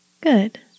Good